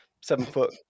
seven-foot